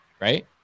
right